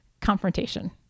Confrontation